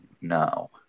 now